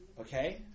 Okay